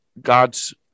God's